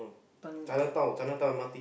turn